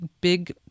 big